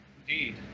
Indeed